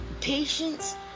patience